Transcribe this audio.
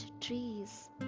trees